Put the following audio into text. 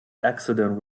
accident